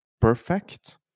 perfect